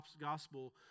gospel